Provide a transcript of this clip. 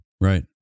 right